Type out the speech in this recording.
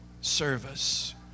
service